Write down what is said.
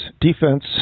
defense